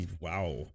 wow